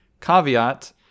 caveat